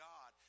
God